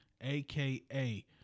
aka